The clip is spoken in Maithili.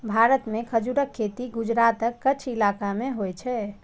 भारत मे खजूरक खेती गुजरातक कच्छ इलाका मे होइ छै